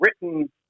written